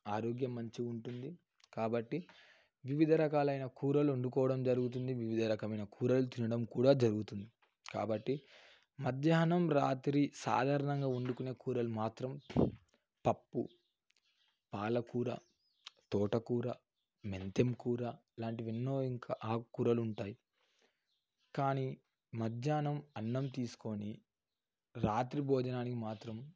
ఆరోగ్యం మంచిగా ఉంటుంది కాబట్టి వివిధ రకాలైన కూరలు వండుకోవడం జరుగుతుంది వివిధ రకమైన కూరలు తినడం కూడా జరుగుతుంది కాబట్టి మధ్యాహ్నం రాత్రి సాధారణంగా వండుకునే కూరలు మాత్రం పప్పు పాలకూర తోటకూర మెంతికూర ఇలాంటివి ఎన్నో ఇంకా ఆకుకూరలు ఉంటాయి కానీ మధ్యాహ్నం అన్నం తీసుకొని రాత్రి భోజనానికి మాత్రం